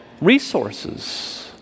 resources